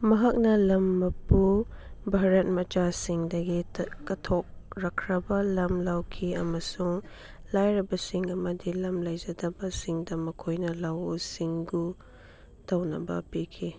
ꯃꯍꯥꯛꯅ ꯂꯝ ꯃꯄꯨ ꯚꯥꯔꯠ ꯃꯆꯥꯁꯤꯡꯗꯒꯤ ꯀꯠꯊꯣꯔꯛꯈ꯭ꯔꯕ ꯂꯝ ꯂꯧꯈꯤ ꯑꯃꯁꯨꯡ ꯂꯥꯏꯔꯕꯁꯤꯡ ꯑꯃꯗꯤ ꯂꯝ ꯂꯩꯖꯗꯕ ꯁꯤꯡꯗ ꯃꯈꯣꯏꯅ ꯂꯧꯎ ꯁꯤꯡꯎ ꯇꯧꯅꯕ ꯄꯤꯈꯤ